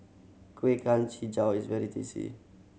kueh is very tasty